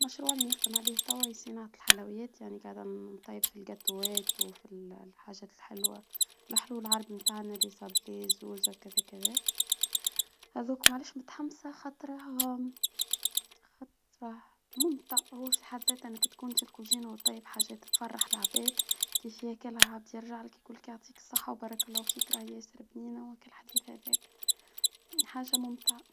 المشروع اللي نخدم عليه توا هو صناعة الحلويات، يعني نجدم نطيب في الجاتوهات وفي الحاجات الحلوة، الحلو العرض بتاعنا لسابليز وكذا كذا. هاذوك معليش، متحمسة خاطرهم خطرة ممتع، وفح تكون في الكوزينة وتطيب حاجات تفرح العباد كيف ياكلها يرجع لك يقول لك يعطيك الصحة وبارك الله فيك، راه ياسر بنينة. الحديث هذاك حاجة ممتعة.